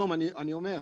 אני אומר,